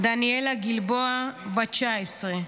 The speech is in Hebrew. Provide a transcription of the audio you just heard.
דניאלה גלבוע, בת 19,